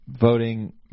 voting